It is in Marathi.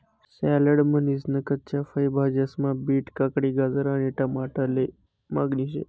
सॅलड म्हनीसन कच्च्या फय भाज्यास्मा बीट, काकडी, गाजर आणि टमाटाले मागणी शे